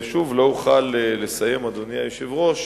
לא אוכל לסיים, אדוני היושב-ראש,